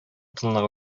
тынлык